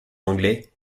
anglais